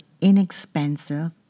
inexpensive